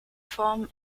formen